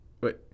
wait